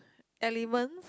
element